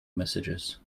messages